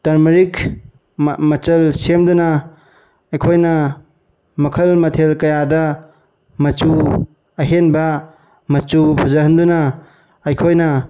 turmeric ꯃꯆꯜ ꯁꯦꯝꯗꯨꯅ ꯑꯩꯈꯣꯏꯅ ꯃꯈꯜ ꯃꯊꯦꯜ ꯀꯌꯥꯗ ꯃꯆꯨ ꯑꯍꯦꯟꯕ ꯃꯆꯨ ꯐꯖꯍꯟꯗꯨꯅ ꯑꯩꯈꯣꯏꯅ